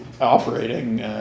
operating